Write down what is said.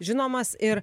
žinomas ir